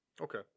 Okay